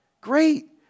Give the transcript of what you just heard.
Great